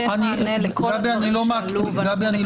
ייקבע מועד נוסף לתחילת השבוע הבא, ובו גם נדון